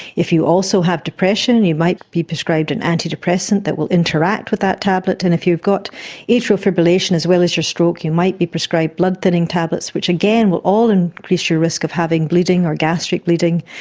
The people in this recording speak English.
if you also have depression and you might be prescribed an antidepressant that will interact with that tablet, and if you've got atrial fibrillation as well as your stroke might be prescribed blood thinning tablets which again will all and increase your risk of having bleeding or gastric bleeding.